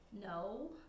no